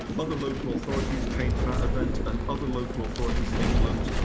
ah other local authorities came to that event and other local authorities in england